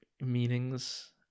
meanings